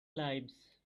lives